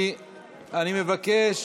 אני מבקש,